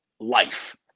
life